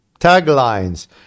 taglines